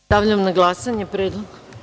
Stavljam na glasanje predlog.